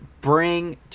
bring